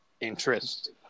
interest